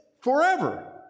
forever